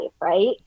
right